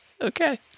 Okay